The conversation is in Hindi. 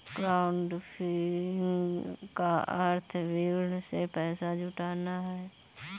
क्राउडफंडिंग का अर्थ भीड़ से पैसा जुटाना है